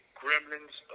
gremlins